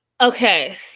Okay